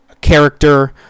character